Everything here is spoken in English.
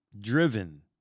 driven